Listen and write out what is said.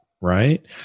right